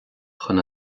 chun